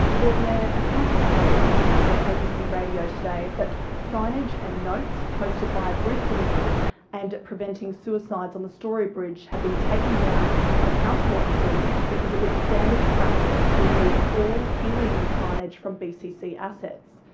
lord mayor, a council's spokesperson told abc radio today that signage and notes posted by a brisbane group and preventing suicides on the story bridge have been taken down by council officers because it was standard practice to remove all illegal signage from bcc assets.